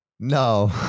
No